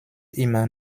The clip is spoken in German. immer